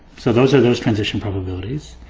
so, those are those transition probabilities,